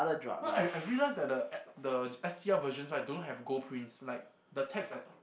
no I I realise that the uh the S_C_R versions I don't have gold prints like the text uh